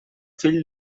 fill